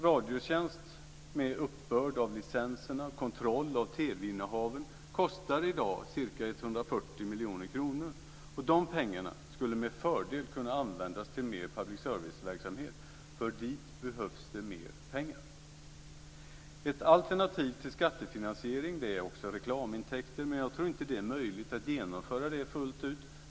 Radiotjänst med uppbörd av licenserna och kontroll av TV-innehaven kostar i dag ca 140 miljoner kronor, och de pengarna skulle med fördel kunna användas till mer public service-verksamhet, för dit behövs det mer pengar. Ett alternativ till skattefinansiering är reklamintäkter, men jag tror inte att det är möjligt att genomföra det fullt ut.